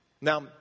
now